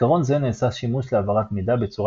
בעיקרון זה נעשה שימוש להעברת מידע בצורה